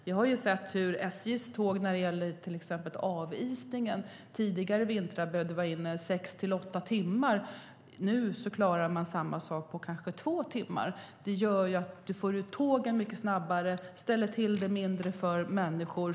Vi har sett hur SJ:s tåg när det gäller till exempel avisning tidigare vintrar behövde vara inne sex till åtta timmar. Nu klarar man samma sak på kanske två timmar. Det gör att man får ut tågen mycket snabbare och ställer till det mindre för människor.